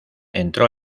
entró